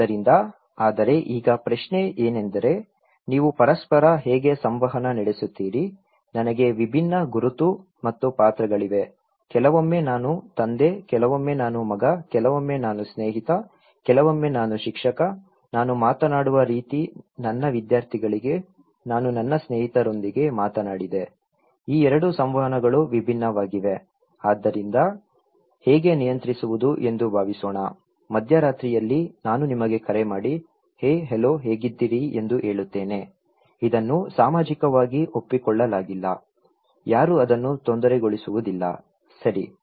ಆದ್ದರಿಂದ ಆದರೆ ಈಗ ಪ್ರಶ್ನೆ ಏನೆಂದರೆ ನೀವು ಪರಸ್ಪರ ಹೇಗೆ ಸಂವಹನ ನಡೆಸುತ್ತೀರಿ ನನಗೆ ವಿಭಿನ್ನ ಗುರುತು ಮತ್ತು ಪಾತ್ರಗಳಿವೆ ಕೆಲವೊಮ್ಮೆ ನಾನು ತಂದೆ ಕೆಲವೊಮ್ಮೆ ನಾನು ಮಗ ಕೆಲವೊಮ್ಮೆ ನಾನು ಸ್ನೇಹಿತ ಕೆಲವೊಮ್ಮೆ ನಾನು ಶಿಕ್ಷಕ ನಾನು ಮಾತನಾಡುವ ರೀತಿ ನನ್ನ ವಿದ್ಯಾರ್ಥಿಗಳಿಗೆ ನಾನು ನನ್ನ ಸ್ನೇಹಿತರೊಂದಿಗೆ ಮಾತನಾಡಿದೆ ಈ 2 ಸಂವಹನಗಳು ವಿಭಿನ್ನವಾಗಿವೆ ಆದ್ದರಿಂದ ಹೇಗೆ ನಿಯಂತ್ರಿಸುವುದು ಎಂದು ಭಾವಿಸೋಣ ಮಧ್ಯರಾತ್ರಿಯಲ್ಲಿ ನಾನು ನಿಮಗೆ ಕರೆ ಮಾಡಿ ಹೇ ಹಲೋ ಹೇಗಿದ್ದೀರಿ ಎಂದು ಹೇಳುತ್ತೇನೆ ಇದನ್ನು ಸಾಮಾಜಿಕವಾಗಿ ಒಪ್ಪಿಕೊಳ್ಳಲಾಗಿಲ್ಲ ಯಾರೂ ಅದನ್ನು ತೊಂದರೆಗೊಳಿಸುವುದಿಲ್ಲ ಸರಿ